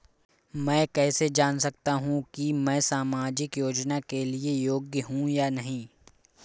मैं कैसे जान सकता हूँ कि मैं सामाजिक योजना के लिए योग्य हूँ या नहीं?